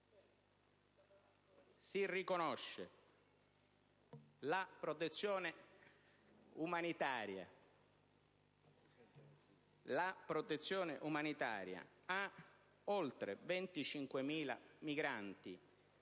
si riconosce la protezione umanitaria ad oltre 25.000 migranti,